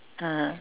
(uh huh)